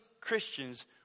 Christians